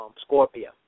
Scorpio